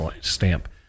stamp